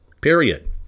period